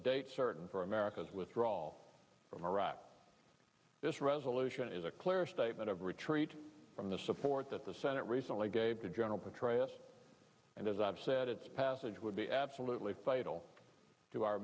date certain for america's withdrawal from iraq this resolution is a clear statement of retreat from the support that the senate recently gave to general petraeus and as i've said its passage would be absolutely vital to our